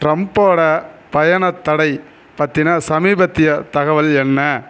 டிரம்ப்போட பயணத் தடை பத்திய சமீபத்திய தகவல் என்ன